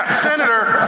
senator,